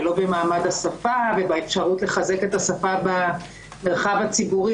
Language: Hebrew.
לא במעמד השפה ובאפשרות לחזק את השפה במרחב הציבורי,